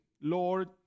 Lord